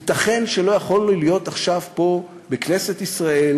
ייתכן שלא יכולנו להיות עכשיו פה בכנסת ישראל